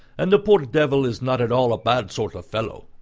and the poor devil is not at all a bad sort of a fellow.